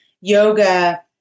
yoga